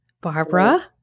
Barbara